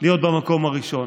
להיות במקום הראשון